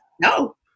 no